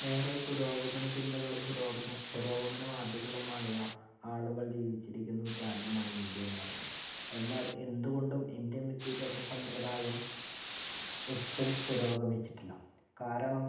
ഏറെ പുരോഗമന ചിന്തകളും പുരോഗം പുരോഗമന വാദികളുമായ ആളുകൾ ജീവിച്ചിരിക്കുന്ന ഒരു രാജ്യമാണ് ഇന്ത്യ എന്ന് പറയുന്നത് എന്നാൽ എന്തുകൊണ്ടും ഇന്ത്യൻ വിദ്യാഭ്യാസ സമ്പ്രദായം ഒട്ടും പുരോഗമിച്ചിട്ടില്ല കാരണം